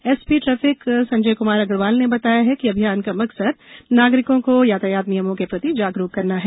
ASP traffic Sanjay Kumar Agarwal ने बताया है कि अभियान का मकसद नागरिकों को यातायात नियमों के प्रति जागरूक करना है